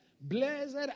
blessed